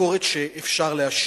ביקורת שאפשר להשמיע.